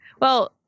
Well-